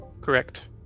Correct